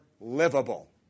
livable